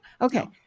Okay